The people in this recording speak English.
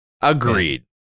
agreed